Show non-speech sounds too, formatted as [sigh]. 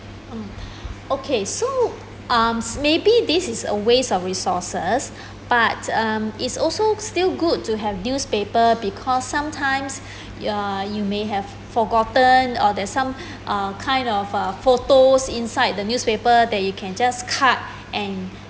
uh okay so um maybe this is a waste of resources [breath] but um it is also still good to have newspaper because sometimes [breath] uh you may have forgotten uh that some [breath] kind of uh photos inside the newspaper that you can just cut and [breath]